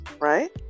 right